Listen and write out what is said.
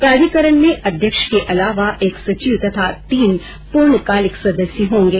प्राधिकरण में अध्यक्ष के अलावा एक सचिव तथा तीन पूर्णकालिक सदस्य होंगे